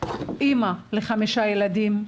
אמא לחמישה ילדים,